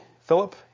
Philip